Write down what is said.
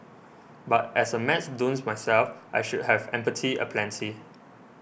but as a maths dunce myself I should have empathy aplenty